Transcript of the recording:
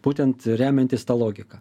būtent remiantis ta logika